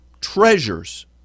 treasures